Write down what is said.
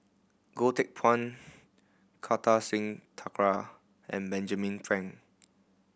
Goh Teck Phuan Kartar Singh Thakral and Benjamin Frank